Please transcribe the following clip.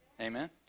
amen